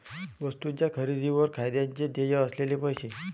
वस्तूंच्या खरेदीवर कायद्याने देय असलेले पैसे